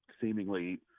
seemingly